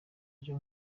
byo